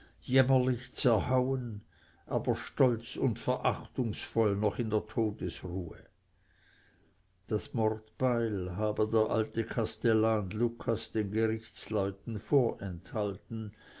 jämmerlich zerhauen aber stolz und verachtungsvoll noch in der todesruhe das mordheil habe der alte kastellan lucas den gerichtsleuten vorenthalten